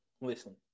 listen